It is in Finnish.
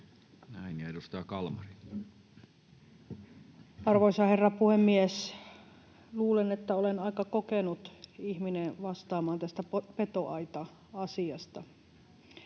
Näin. — Edustaja Kalmari. Arvoisa herra puhemies! Luulen, että olen aika kokenut ihminen vastaamaan tästä petoaita-asiasta.